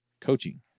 coaching